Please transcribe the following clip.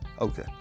Okay